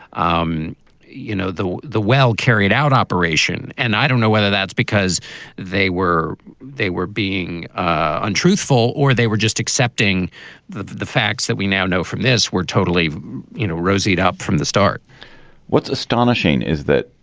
um you know, the the well carried out operation. and i don't know whether that's because they were they were being untruthful or they were just accepting the the facts that we now know from this were totally you know rosy up from the start what's astonishing is that